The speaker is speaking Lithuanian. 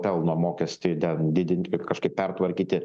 pelno mokestį ten didinti kažkaip pertvarkyti